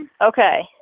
Okay